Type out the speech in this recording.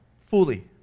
fully